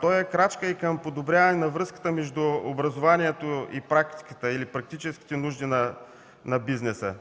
Той е крачка и към подобряване на връзката между образованието и практическите нужди на бизнеса.